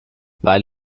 weil